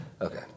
Okay